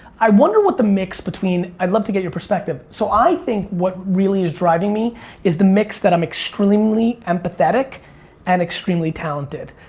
i wonder what the mix between, i'd love to get your perspective. so i think what really is driving me is the mix that i'm extremely empathetic and extremely talented.